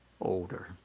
older